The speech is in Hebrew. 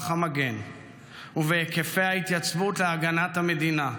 המגן ובהיקפי ההתייצבות להגנת המדינה.